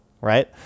right